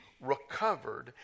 recovered